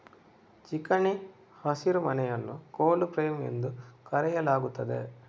ಚಿಕಣಿ ಹಸಿರುಮನೆಯನ್ನು cold frame ಎಂದು ಕರೆಯಲಾಗುತ್ತದೆ